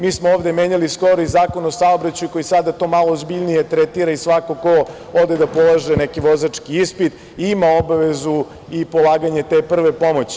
Mi smo ovde menjali skoro i Zakon o saobraćaju koji sada to malo ozbiljnije tretira i svako ko ode da polaže neki vozački ispit ima obavezu i polaganje te prve pomoći.